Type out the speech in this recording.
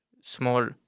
small